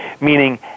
meaning